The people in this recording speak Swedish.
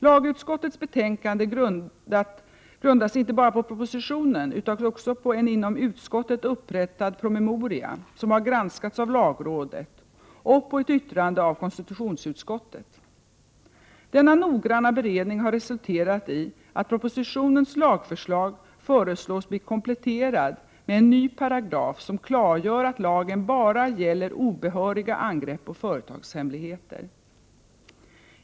Lagutskottets betänkande grundas inte bara på propositionen utan också på en inom utskottet upprättad promemoria, som har granskats av lagrådet, och på ett yttrande av konstitutionsutskottet. Denna noggranna beredning har resulterat i att propositionens lagförslag föreslås blir kompletterat med en ny paragraf som klargör att lagen bara gäller obehöriga angrepp på företagshemligheter.